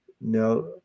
No